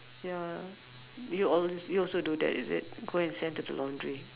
ya you als~ you also do that is it go and send to the laundry